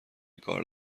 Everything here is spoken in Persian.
کار